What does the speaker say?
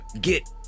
get